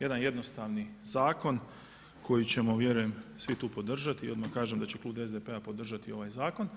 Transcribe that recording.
Jedan jednostavni zakon koji ćemo vjerujem svi tu podržati i odmah da kažem da će Klub SDP-a podržati ovaj zakon,